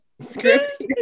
script